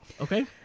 okay